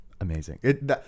Amazing